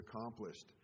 accomplished